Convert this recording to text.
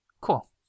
Cool